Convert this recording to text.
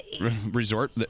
Resort